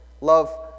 Love